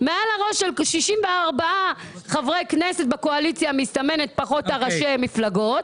מעל הראש של 64 חברי כנסת בקואליציה המסתמנת פחות ראשי המפלגות